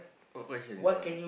what question you wanna ask